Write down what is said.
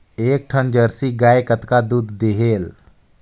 एक ठन जरसी गाय कतका दूध देहेल?